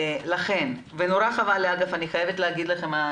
אני חייבת לומר לכם,